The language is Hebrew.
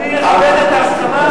אני אכבד את ההסכמה.